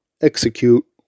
execute